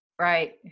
right